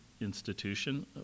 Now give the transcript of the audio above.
institution